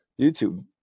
YouTube